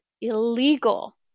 illegal